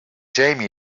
jamie